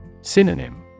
Synonym